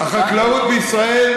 החקלאות בישראל,